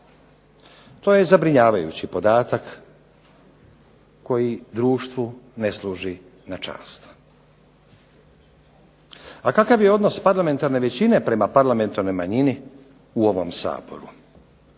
To je zabrinjavajući podatak koji društvu ne služi na čast. A kakav je odnos parlamentarne većine prema parlamentarnoj manjini u ovom Saboru?